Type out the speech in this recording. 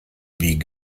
wie